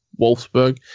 Wolfsburg